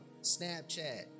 Snapchat